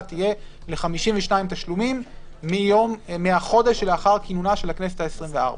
תהיה ל-52 תשלומים מהחודש שלאחר כינונה של הכנסת העשרים-וארבע.